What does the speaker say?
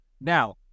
Now